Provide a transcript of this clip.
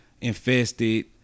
infested